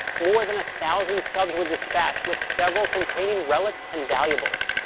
more than a thousand subs were dispatched, with several containing relics and valuables.